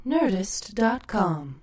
Nerdist.com